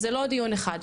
זה לא דיון אחד.